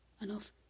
Enough